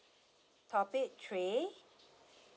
topic three